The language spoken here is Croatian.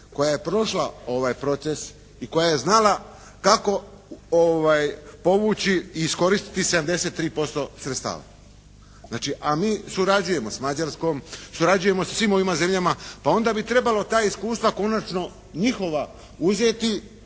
koja je prošla ovaj proces i koja je znala kako povući i iskoristiti 73% sredstava. A mi surađujemo s Mađarskom, surađujemo sa svim ovim zemljama. Pa onda bi trebalo ta iskustva konačno njihova uzeti